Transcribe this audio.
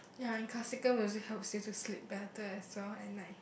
ya in classical music helps you to sleep better as well at night